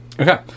Okay